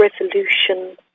resolution